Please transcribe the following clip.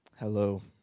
Hello